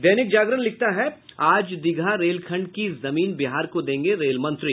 दैनिक जागरण लिखता है आज दीघा रेलखंड की जमीन बिहार को देंगे रेल मंत्री